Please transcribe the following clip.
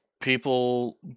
people